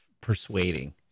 persuading